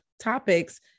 topics